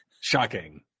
Shocking